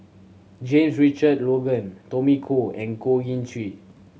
James Richard Logan Tommy Koh and Goh Ee Choo